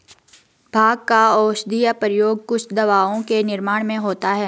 भाँग का औषधीय प्रयोग कुछ दवाओं के निर्माण में होता है